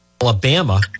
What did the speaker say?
Alabama